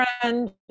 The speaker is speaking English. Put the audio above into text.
friend